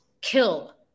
kill